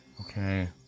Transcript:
Okay